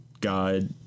God